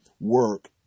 work